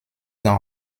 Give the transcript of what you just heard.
dans